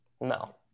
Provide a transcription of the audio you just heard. no